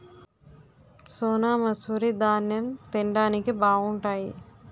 సోనామసూరి దాన్నెం తిండానికి బావుంటాయి